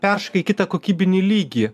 peršoka į kitą kokybinį lygį